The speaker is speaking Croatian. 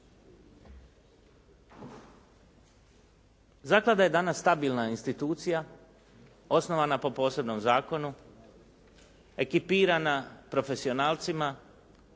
Zaklada je danas stabilna institucija, osnovana po posebnom zakonu, ekipirana profesionalcima,